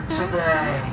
today